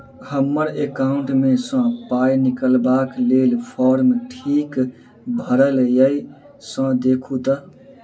हम्मर एकाउंट मे सऽ पाई निकालबाक लेल फार्म ठीक भरल येई सँ देखू तऽ?